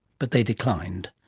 but they declined.